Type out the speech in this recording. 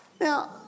Now